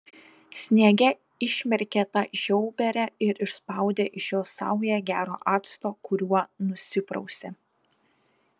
sniege išmirkė tą žiauberę ir išspaudė iš jos saują gero acto kuriuo nusiprausė